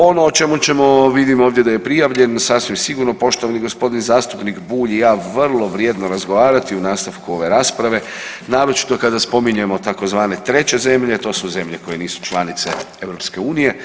Ono o čemu ćemo vidim ovdje da je prijavljen sasvim sigurno poštovani g. zastupnik Bulj i ja vrlo vrijedno razgovarati u nastavku ove rasprave naročito kada spominjemo tzv. treće zemlje, to su zemlje koje nisu članice EU.